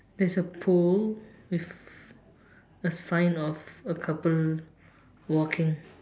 there's a pool with a sign of a couple walking